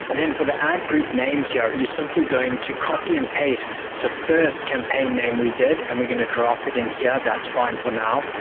but then for the ad group name here, you're simply going to copy and paste the first campaign name we did and we're going to drop it in here, that's fine for now.